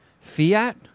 fiat